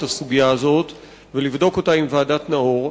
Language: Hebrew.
הסוגיה הזאת ולבדוק אותה עם ועדת-נאור.